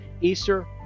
Easter